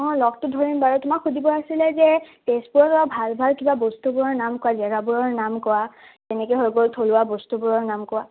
অঁ লগতো ধৰিম বাৰু তোমাক সুধিব আছিলে যে তেজপুৰত অলপ ভাল ভাল কিবা বস্তুবোৰৰ নাম কোৱা জেগাবোৰৰ নাম কোৱা যেনেকে হৈ গ'ল থলুৱা বস্তুবোৰৰ নাম কোৱা